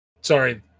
sorry